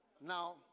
Now